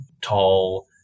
tall